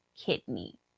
kidney